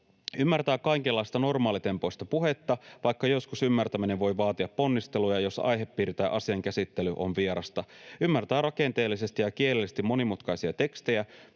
”Ymmärtää kaikenlaista normaalitempoista puhetta, vaikka joskus ymmärtäminen voi vaatia ponnisteluja, jos aihepiiri tai asian käsittely on vierasta. Ymmärtää rakenteellisesti ja kielellisesti monimutkaisia tekstejä